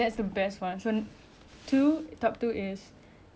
two dollar chicken wrap and also kimchi ramen